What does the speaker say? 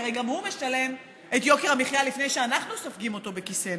כי הרי גם הוא משלם את יוקר המחיה לפני שאנחנו סופגים אותו בכיסנו.